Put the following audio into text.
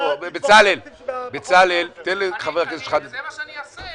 בוא, בצלאל, תן לחבר הכנסת שחאדה לדבר.